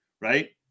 right